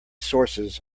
sources